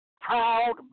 proud